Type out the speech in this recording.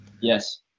Yes